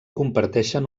comparteixen